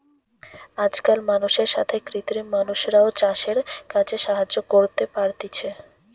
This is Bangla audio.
আজকাল মানুষের সাথে কৃত্রিম মানুষরাও চাষের কাজে সাহায্য করতে পারতিছে